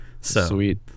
sweet